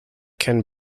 can